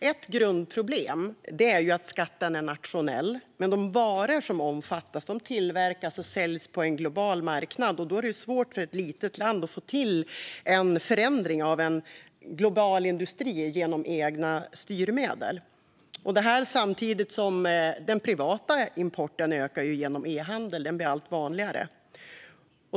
Ett grundproblem är att skatten är nationell medan de varor som omfattas tillverkas och säljs på en global marknad. Det är svårt för ett litet land att få till en förändring av en global industri genom egna styrmedel. Den privata importen ökar också genom e-handel och blir allt vanligare.